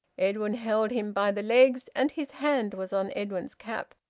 edwin held him by the legs, and his hand was on edwin's cap.